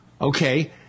okay